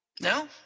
No